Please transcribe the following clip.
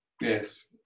Yes